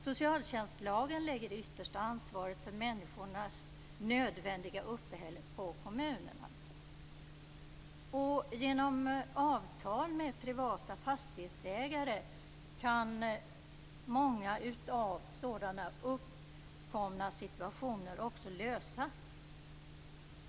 Socialtjänstlagen lägger det yttersta ansvaret för människors nödvändiga uppehälle på kommunen. Genom avtal med privata fastighetsägare kan många uppkomna situationer lösas.